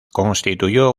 constituyó